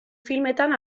filmetan